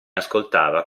ascoltava